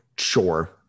sure